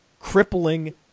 crippling